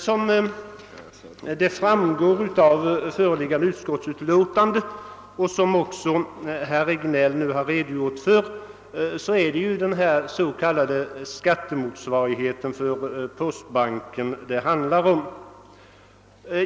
Såsom framgår av förevarande utlåtande och såsom även herr Regnéll redogjort för, gäller ärendet den s.k. skattemotsvarigheten för postbanken.